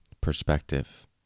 perspective